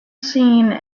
scene